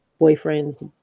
Boyfriend's